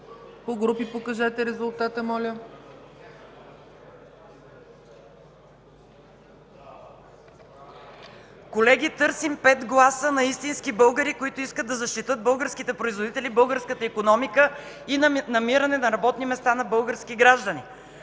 КОРНЕЛИЯ НИНОВА (БСП ЛБ): Колеги, търсим пет гласа на истински българи, които искат да защитят българските производители, българската икономика и намиране на работни места на български граждани!